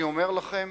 אני אומר לכם